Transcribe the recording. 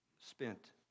spent